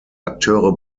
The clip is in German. akteure